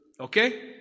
Okay